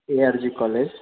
A R G college